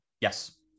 Yes